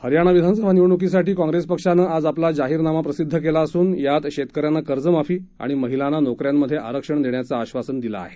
हरयाणा विधानसभा निवडणुकीसाठी काँग्रेस पक्षानं आज आपला जाहीरनामा प्रसिद्ध केला असून यात शेतकऱ्यांना कर्जमाफी आणि महिलांना नोकऱ्यांमध्ये आरक्षण देण्याचं आश्वासन दिलं आहे